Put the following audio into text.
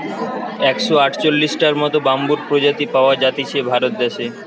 একশ আটচল্লিশটার মত বাম্বুর প্রজাতি পাওয়া জাতিছে ভারত দেশে